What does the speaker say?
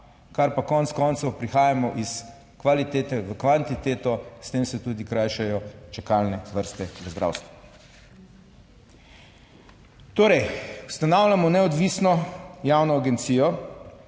kar pa konec koncev prihajamo iz kvalitete v kvantiteto, s tem se tudi krajšajo čakalne vrste v zdravstvu. Torej ustanavljamo neodvisno javno agencijo.